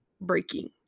breaking